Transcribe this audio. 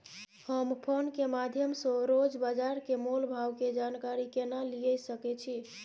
हम फोन के माध्यम सो रोज बाजार के मोल भाव के जानकारी केना लिए सके छी?